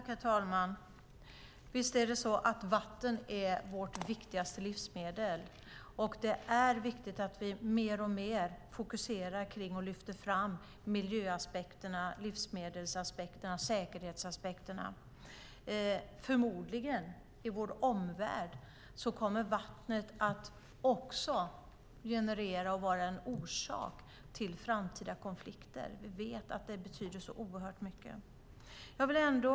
Herr talman! Visst är vatten vårt viktigaste livsmedel. Det är viktigt att vi mer och mer fokuserar på och lyfter fram miljöaspekterna, livsmedelsaspekterna och säkerhetsaspekterna. I vår omvärld kommer vattnet förmodligen att generera och vara en orsak till framtida konflikter. Vi vet att det betyder så oerhört mycket. Herr talman!